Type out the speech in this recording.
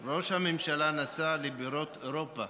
ראש הממשלה נסע לבירות אירופה